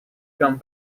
come